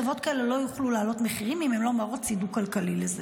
חברות כאלה לא יוכלו להעלות מחירים אם הן לא מראות צידוק כלכלי לזה.